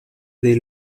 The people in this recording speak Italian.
dei